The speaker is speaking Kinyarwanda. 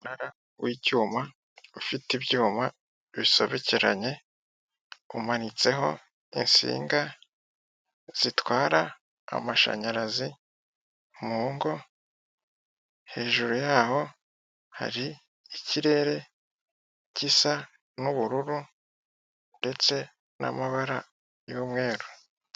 Umunara w'icyuma ufite ibyuma bisobekeranye, umanitseho insinga zitwara amashanyarazi mu ngo, hejuru yawo hari ikirere gisa ubururu ndetse n'amabara y'umweru.